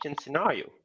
scenario